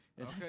Okay